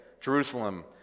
Jerusalem